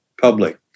public